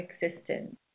existence